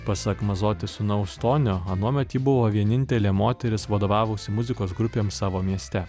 pasak mazoti sūnaus tonio anuomet ji buvo vienintelė moteris vadovavusi muzikos grupėms savo mieste